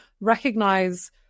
recognize